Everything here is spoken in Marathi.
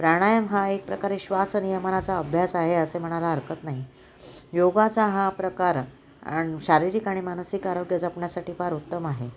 प्राणायाम हा एक प्रकारे श्वास नियमनाचा अभ्यास आहे असे म्हणायला हरकत नाही योगाचा हा प्रकार शारीरिक आणि मानसिक आरोग्य जपण्यासाठी फार उत्तम आहे